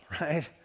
right